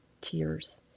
tears